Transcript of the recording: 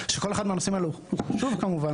שכל אחד מהנושאים האלה הוא חשוב כמובן